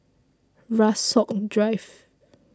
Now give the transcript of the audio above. Rasok Drive